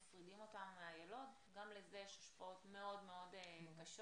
מפרידים אותן מהילוד וגם לזה יש השפעות מאוד-מאוד קשות.